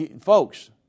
folks